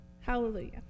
Hallelujah